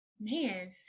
man